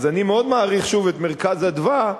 אז אני מאוד מעריך, שוב, את "מרכז אדוה",